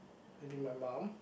I think my mum